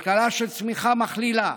כלכלה של צמיחה מכלילה,